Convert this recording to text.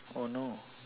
oh no